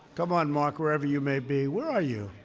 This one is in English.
come on, mark, wherever you may be. where are you?